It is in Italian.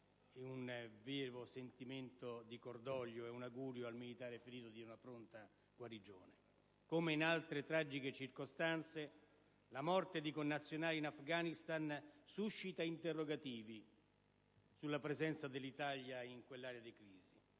un profondo sentimento di cordoglio, e al militare ferito un augurio di pronta guarigione. Come in altre tragiche circostanze, la morte di connazionali in Afghanistan suscita interrogativi sulla presenza dell'Italia in quelle aree di crisi.